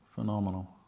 Phenomenal